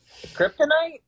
Kryptonite